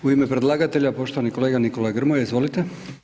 U ime predlagatelja poštovani kolega Nikola Grmoja, izvolite.